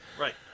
Right